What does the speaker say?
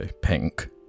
Pink